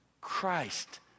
Christ